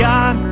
God